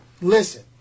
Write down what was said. listen